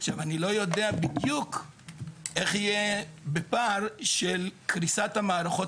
אני יודע בדיוק איך יהיה בפער של קריסת המערכות